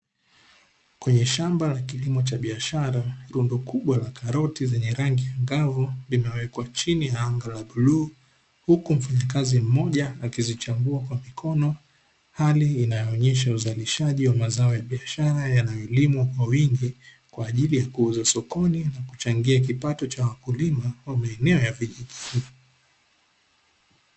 Kwenye shamba la kilimo cha biashara lundo kubwa la karoti zenye rangi angavu zimmmekwa chini ya anga la bluu huku mfanyakazi mmoja akizichambua kwa mikono miwili inayo onyesha uzalishaji wa mazao ya biashara kwa ajili ya kuchangi asokoni na wakulima wa maeneo ya vijijini.